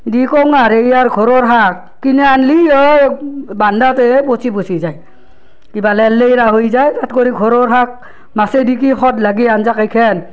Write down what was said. দি কওঁ আৰু এই আৰু ঘৰৰ শাক কিনি আনলি অঁ বন্ধাতেই পচি পচি যায় কিবা লেৰ লেইৰা হৈ যায় তাত কৰি ঘৰৰ শাক মাছেদি কি সোৱাদ লাগে আঞ্জা কেইখন